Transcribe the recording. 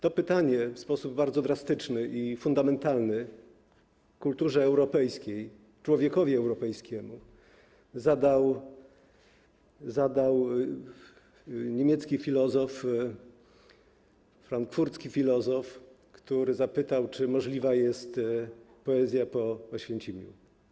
To pytanie w sposób bardzo drastyczny i fundamentalny kulturze europejskiej, człowiekowi europejskiemu zadał niemiecki filozof, frankfurcki filozof, który zapytał, czy możliwa jest poezja po Oświęcimiu.